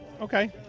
Okay